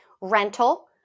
rental